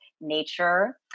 nature